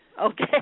Okay